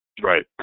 Right